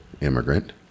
immigrant